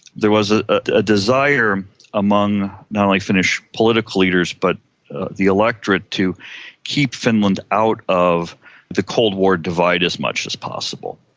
there was a ah desire among not only finnish political leaders but the electorate to keep finland out of the cold war divide as much as possible.